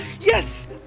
Yes